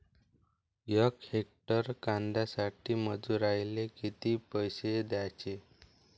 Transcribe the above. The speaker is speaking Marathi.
यक हेक्टर कांद्यासाठी मजूराले किती पैसे द्याचे?